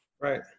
Right